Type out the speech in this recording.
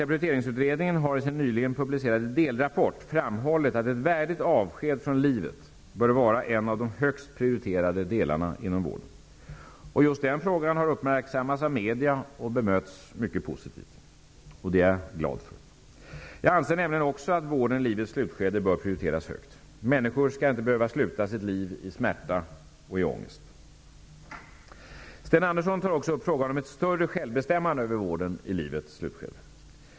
Prioriteringsutredningen har i sin nyligen publicerade delrapport framhållit att ett värdigt avsked från livet bör vara en av de högst prioriterade delarna inom vården. Just den frågan har uppmärksammats av media och bemötts mycket positivt. Det är jag glad för. Jag anser nämligen också att vården i livets slutskede bör prioriteras högt. Människor skall inte behöva sluta sitt liv i smärta och ångest. Sten Andersson tar också upp frågan om ett större självbestämmande över vården i livets slutskede.